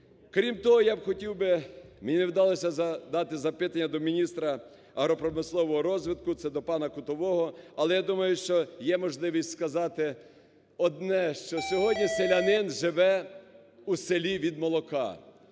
Крім того, я б хотів би, мені не вдалося задати запитання до міністра агропромислового розвитку, це до пана Кутового, але я думаю, що є можливість сказати одне, що сьогодні селянин живе у селі від молока.